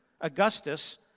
Augustus